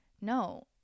no